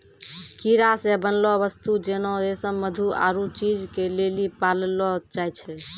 कीड़ा से बनलो वस्तु जेना रेशम मधु आरु चीज के लेली पाललो जाय छै